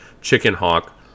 chicken-hawk